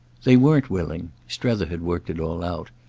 they weren't willing. strether had worked it all out.